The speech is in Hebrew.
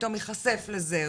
פתאום ייחשף לזה,